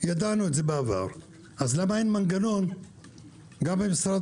ידענו על זה בעבר אז למה אין מנגנון גם במשרד